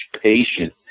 patient